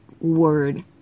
word